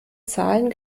zahlen